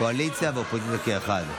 קואליציה ואופוזיציה כאחד.